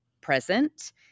present